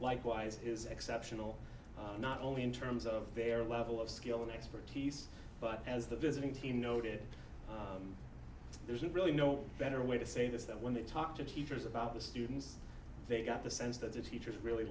likewise is exceptional not only in terms of their level of skill and expertise but as the visiting team noted there's really no better way to say this that when they talk to teachers about the students they got the sense that the teachers really